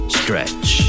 stretch